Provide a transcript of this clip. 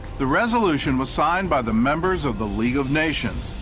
the resolution was signed by the members of the league of nation,